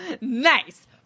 Nice